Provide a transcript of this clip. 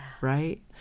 right